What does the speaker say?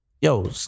yo